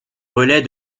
relais